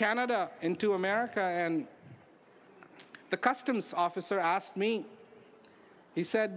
canada into america and the customs officer asked me he said